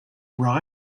right